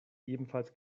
ebenfalls